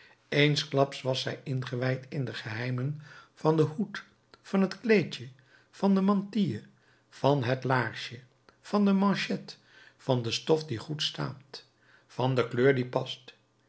eensklaps was zij ingewijd in de geheimen van den hoed van het kleedje van de mantille van het laarsje van de manchette van de stof die goed staat van de kleur die past